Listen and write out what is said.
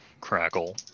crackle